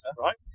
Right